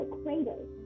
craters